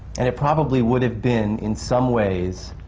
and it probably would have been, in some ways,